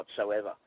whatsoever